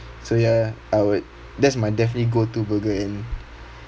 so ya I would that's my definitely go to burger and